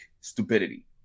stupidity